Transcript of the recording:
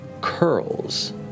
curls